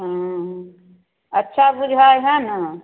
हुँ अच्छा बुझाइ हइ ने